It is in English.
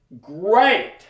Great